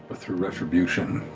through retribution,